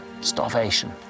starvation